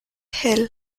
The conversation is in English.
hill